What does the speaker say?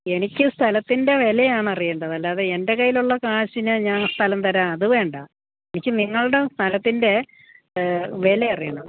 എനിക്ക് സ്ഥലത്തിന്റെ വിലയാണ് അറിയേണ്ടത് അല്ലാതെ എന്റെ കൈയിൽ ഉള്ള കാശിന് ഞാൻ സ്ഥലം തരാൻ അത് വേണ്ട എനിക്ക് നിങ്ങളുടെ സ്ഥലത്തിന്റെ വില അറിയണം